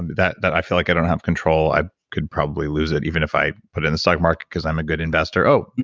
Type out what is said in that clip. and that that i feel like i don't have control. i could probably lose it even if i put it in the stock market, because i'm a good investor. oh,